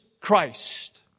Christ